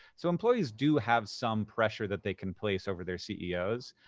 so employees do have some pressure that they can place over their ceos.